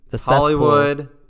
Hollywood